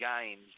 games